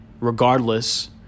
regardless